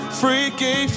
freaky